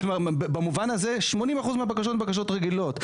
במובן הזה 80% מהבקשות הן בקשות רגילות.